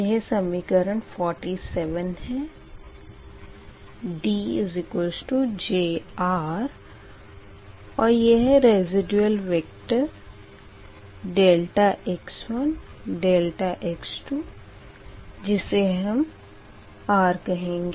यह समीकरण 47 है D J R और यह है रेसिडयुआल वेक्टर ∆x1 ∆x2 जिसे हम R कहेंगे